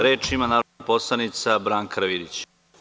Reč ima narodna poslanica Branka Karavidić.